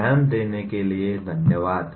ध्यान देने के लिये धन्यवाद